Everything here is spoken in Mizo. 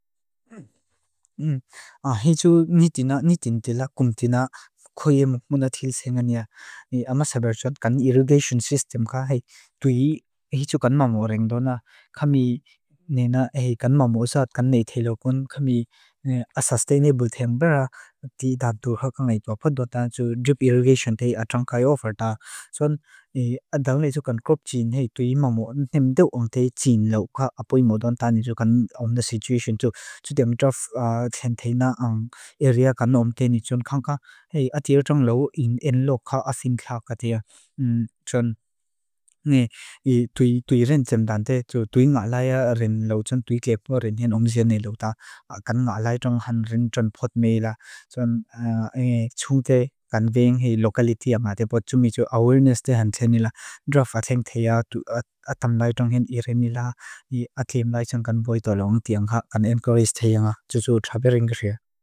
A hi tsu nitin tila kum tina khoye muk muna thilsenga nia. A ma sabar tsuat kan irrigation system ka hai. Tui hi tsu kan mamua ringtona. Khami nena eh kan mamua suat kan nei theilokun. Khami a sustainable theng bera ti dadurha kan lai tua. Padua tan tsu drip irrigation te a trang kai offerta. Soan a dang lai tsu kan crop tsin hai tui mamua. Ntaim duk ong te jin lo ka apoy modong tan niju kan ong te situation tu. Tudiam draf theng thei na ong area kan ong te nijun kong ka. Hei a tiau trang lo in en lo ka asim khao ka tia. Soan nge tui ren tsem dan te. Tui nga lai a ren lo trang tui kepo ren theng ong zion nei lo ta. Kan nga lai trang han rin trang pod mei la. Soan nge tsu thei kan veeng hei lokalitea nga. Depo tsu miju awareness thei han thei nila. Draf a theng thei a atam lai trang hen irim ni la. Ni atim lai trang kan boi toa long te a nga. Kan encourage thei a nga. Tsu tsu trabering ria.